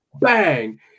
bang